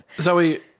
Zoe